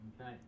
Okay